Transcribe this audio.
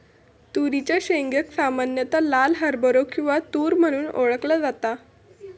तुरीच्या शेंगेक सामान्यता लाल हरभरो किंवा तुर म्हणून ओळखला जाता